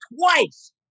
twice